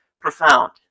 profound